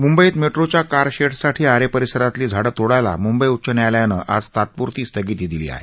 मुंबईत मेट्रोच्या कारशेडसाठी आरे परिसरातली झाडं तोडायला मुंबई उच्च न्यायालयानं आज तात्पूरती स्थगिती दिली आहे